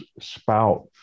spout